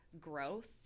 growth